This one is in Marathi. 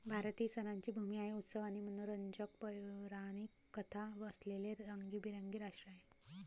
भारत ही सणांची भूमी आहे, उत्सव आणि मनोरंजक पौराणिक कथा असलेले रंगीबेरंगी राष्ट्र आहे